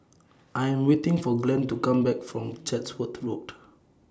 I Am waiting For Glenn to Come Back from Chatsworth Road